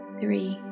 three